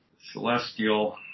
Celestial